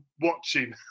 watching